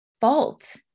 fault